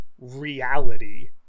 reality